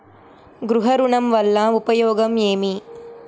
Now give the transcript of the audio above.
గృహ ఋణం వల్ల ఉపయోగం ఏమి?